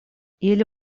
или